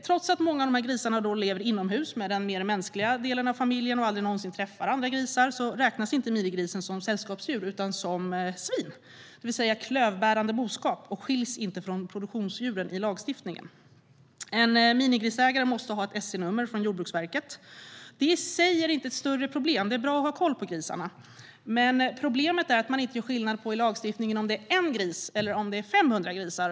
Trots att många av grisarna lever inomhus med den mer mänskliga delen av familjen och aldrig någonsin träffar andra grisar räknas inte minigrisar som sällskapsdjur utan som svin, det vill säga klövbärande boskap, och de skiljs inte från produktionsdjuren i lagstiftningen. En minigrisägare måste ha ett SE-nummer från Jordbruksverket. Det i sig är inget större problem, för det är bra att ha koll på grisarna. Men problemet är att man i lagstiftningen inte har gjort skillnad på om det handlar om en enda gris eller 500 grisar.